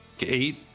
eight